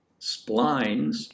splines